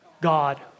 God